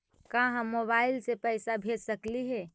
का हम मोबाईल से पैसा भेज सकली हे?